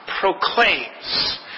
proclaims